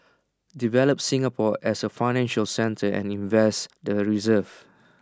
develop Singapore as A financial centre and invest the reserves